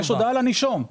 יש הודעה לנישום,